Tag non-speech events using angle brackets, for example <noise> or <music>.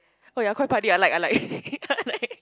oh you're quite punny I like I like <laughs> I like